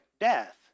death